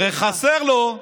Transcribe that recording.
משפט שלך.